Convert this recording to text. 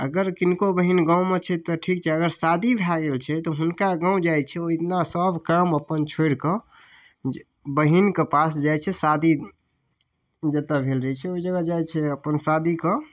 अगर किनको बहिन गाँवमे छै तऽ ठीक छै अगर शादी भए गेल है तऽ हुनका गाँव जाइ छै सब काम अपन छोड़िकऽ बहिनके पास जाइ छै शादी जतऽ भेल रहै छै ओहि जगह जाइ छी अपन शादीके